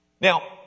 Now